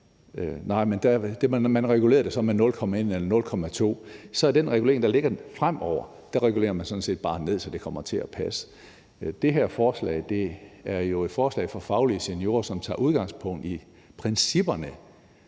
i den regulering, der ligger fremover, sådan set bare ned, så det kommer til at passe. Det her forslag er jo et forslag fra Faglige Seniorer, som tager udgangspunkt i principperne